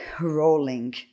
rolling